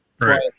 right